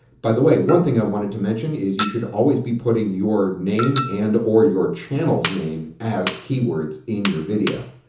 by the way, one thing i wanted to mention is you should always be putting your name and or your channel's name as keywords in your video.